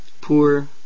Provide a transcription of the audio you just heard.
poor